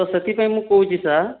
ତ ସେ'ଥି ପାଇଁ ମୁଁ କହୁଛି ସାର୍